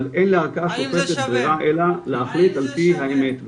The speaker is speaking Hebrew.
אבל אין ברירה להחליט עפ"י האמת.